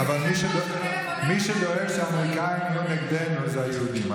מי שדואג שהאמריקאים יהיו נגדנו זה היהודים,